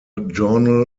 journal